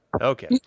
Okay